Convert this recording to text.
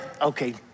Okay